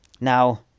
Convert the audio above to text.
now